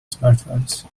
smartphones